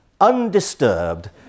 undisturbed